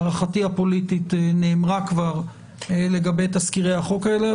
הערכתי הפוליטית נאמרה כבר לגבי תזכירי החוק האלה,